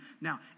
Now